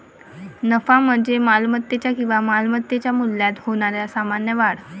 नफा म्हणजे मालमत्तेच्या किंवा मालमत्तेच्या मूल्यात होणारी सामान्य वाढ